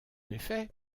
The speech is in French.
effet